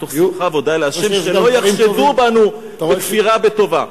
מתוך שמחה והודיה לה' שלא יחשדו בנו בכפירה בטובה.